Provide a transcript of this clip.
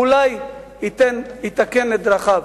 אולי יתקן את דרכיו.